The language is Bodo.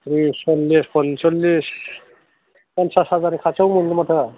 सल्लिस उन्सलिस पन्सास हाजारनि खाथियाव मोनो माथो